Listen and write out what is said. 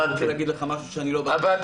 אני לא רוצה להגיד לך משהו שאני לא בקי בו.